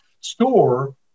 store